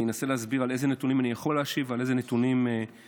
ואני אנסה להסביר על אילו נתונים אני יכול להשיב ועל אילו נתונים פחות.